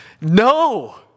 No